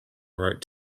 wrote